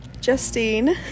Justine